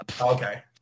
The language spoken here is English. okay